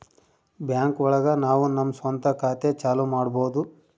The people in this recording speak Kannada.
ಬ್ಯಾಂಕ್ ಒಳಗ ನಾವು ನಮ್ ಸ್ವಂತ ಖಾತೆ ಚಾಲೂ ಮಾಡ್ಬೋದು